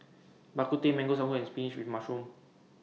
Bak Kut Teh Mango Sago and Spinach with Mushroom